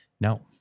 No